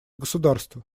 государство